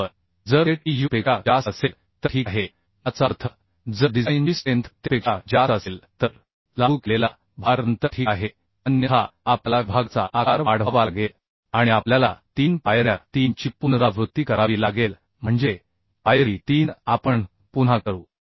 बरोबर जर ते Tu पेक्षा जास्त असेल तर ठीक आहे याचा अर्थ जर डिझाइन ची स्ट्रेंथ त्यापेक्षा जास्त असेल तर लागू केलेला भार नंतर ठीक आहे अन्यथा आपल्याला विभागाचा आकार वाढवावा लागेल आणि आपल्याला 3 पायऱ्या 3 ची पुनरावृत्ती करावी लागेल म्हणजे पायरी 3 आपण पुन्हा करू